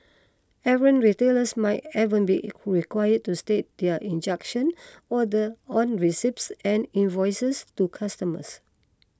errant retailers might even be required to state their injunction order on receipts and invoices to customers